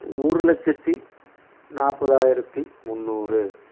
ஒரு லட்சத்து நாப்பதாயிரத்து முந்நூறு